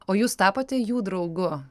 o jūs tapote jų draugu